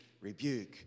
rebuke